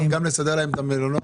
גם לסדר להם את המלונות?